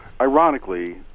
ironically